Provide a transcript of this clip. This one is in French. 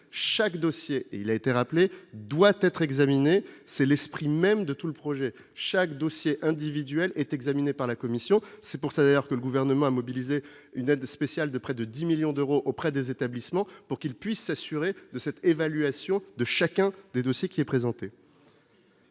chaque dossier, il a été rappelé, doit être examiné, c'est l'esprit même de tout le projet chaque dossier individuel est examiné par la commission, c'est pour ça veut dire que le gouvernement a mobilisé une aide spéciale de près de 10 millions d'euros auprès des établissements pour qu'il puisse s'assurer de cette évaluation de chacun des dossiers qui est présenté.